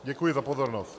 Děkuji za pozornost.